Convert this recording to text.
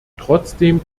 trotzdem